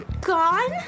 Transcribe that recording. gone